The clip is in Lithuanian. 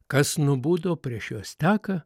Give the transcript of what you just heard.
kas nubudo prieš juos teka